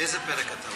איזה פרק אתה רוצה?